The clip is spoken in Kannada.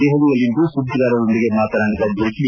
ದೆಹಲಿಯಲ್ಲಿಂದು ಸುದ್ದಿಗಾರರೊಂದಿಗೆ ಮಾತನಾಡಿದ ಜೇಟ್ಲ